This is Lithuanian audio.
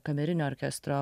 kamerinio orkestro